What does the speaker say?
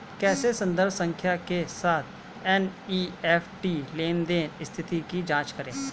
कैसे संदर्भ संख्या के साथ एन.ई.एफ.टी लेनदेन स्थिति की जांच करें?